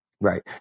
right